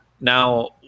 now